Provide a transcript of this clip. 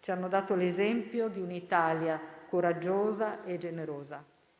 ci hanno dato l'esempio di un'Italia coraggiosa e generosa.